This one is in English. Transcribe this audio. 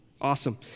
Awesome